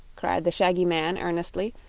cried the shaggy man, earnestly.